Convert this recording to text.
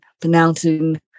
pronouncing